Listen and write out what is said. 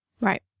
right